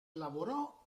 lavorò